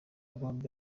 bombi